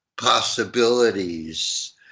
possibilities